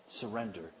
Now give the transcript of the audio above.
surrender